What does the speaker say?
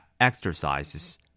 exercises